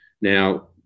now